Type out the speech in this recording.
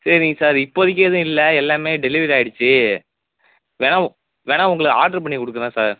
சரிங்க சார் இப்போதைக்கி எதுவும் இல்லை எல்லாமே டெலிவரி ஆகிருச்சி வேணால் உ வேணால் உங்களை ஆர்ட்ரு பண்ணி கொடுக்கறேன் சார்